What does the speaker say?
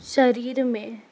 शरीर में